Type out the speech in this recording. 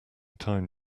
time